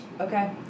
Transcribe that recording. Okay